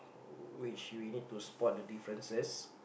which we need to spot the differences